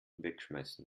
wegschmeißen